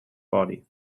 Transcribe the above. body